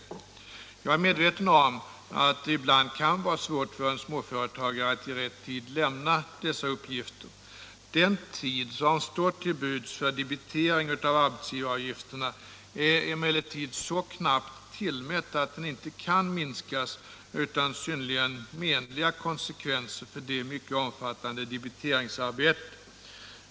Jag är medveten om att det ibland kan vara svårt för en småföretagare att i rätt tid lämna dessa uppgifter. Den tid som står till buds för debiteringen av arbetsgivaravgifterna är emellertid så knappt tillmätt att den inte kan minskas utan synnerligen menliga konsekvenser för detta mycket omfattande debiteringsarbete.